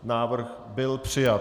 Návrh byl přijat.